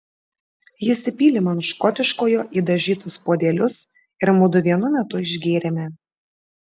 jis įpylė man škotiškojo į dažytus puodelius ir mudu vienu metu išgėrėme